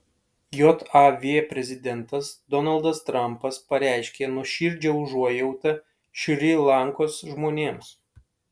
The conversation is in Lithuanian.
jav prezidentas donaldas trampas pareiškė nuoširdžią užuojautą šri lankos žmonėms